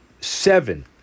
Seven